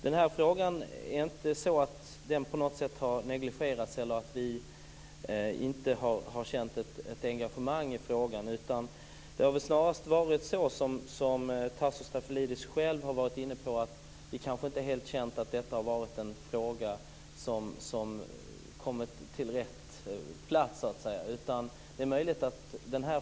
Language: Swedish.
Den här frågan har inte på något sätt negligerats, och det är inte så att vi inte har känt ett engagemang i frågan. Det har väl snarast varit så, som Tasso Stafilidis själv har varit inne på, att det kanske inte är helt säkert att detta har varit en fråga som kommit till rätt plats.